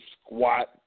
squat